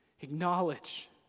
acknowledge